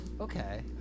Okay